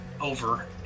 over